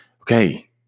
Okay